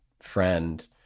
friend